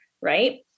right